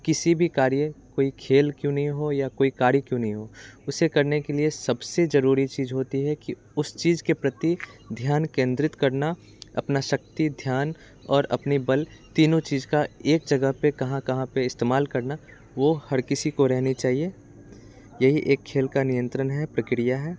किसी भी कार्य कोई खेल क्यों नहीं हो या कोई कार्य क्यों नहीं हो उसे करने के लिए सबसे ज़रूरी चीज़ होती है कि उस चीज़ के प्रति ध्यान केंद्रित करना अपनी शक्ति ध्यान और अपने बल तीनों चीज़ का एक जगह पर कहाँ कहाँ पर इस्तेमाल करना वह हर किसी को रहनी चाहिए यही एक खेल का नियंत्रण है प्रक्रिया है